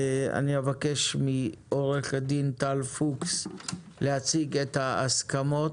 אני אבקש מעו"ד טל פוקס להציג את ההסכמות,